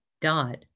Dot